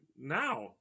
now